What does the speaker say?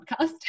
podcast